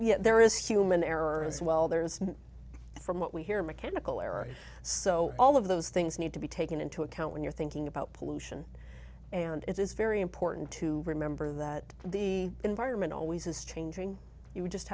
yet there is human error as well there is from what we hear mechanical error so all of those things need to be taken into account when you're thinking about pollution and it's very important to remember that the environment always is changing you